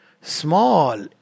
small